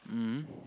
mm